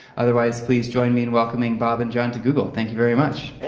otherwise, please join me in welcoming bob and john to google. thank you very much.